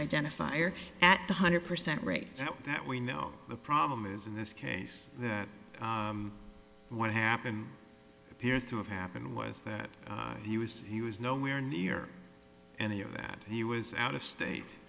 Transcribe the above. identifier at one hundred percent rate so that we know the problem is in this case that what happened appears to have happened was that he was he was nowhere near any of that he was out of state